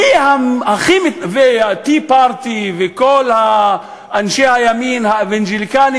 וה-Tea Party וכל אנשי הימין האוונגליקנים